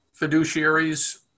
fiduciaries